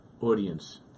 audience